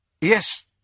Yes